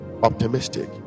Optimistic